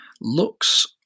looks